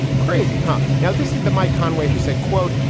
crazy, huh? now, this is the mike conway who said, quote,